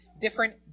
different